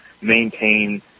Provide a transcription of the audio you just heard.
maintain